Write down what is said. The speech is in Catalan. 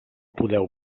podeu